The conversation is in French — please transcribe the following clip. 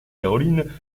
caroline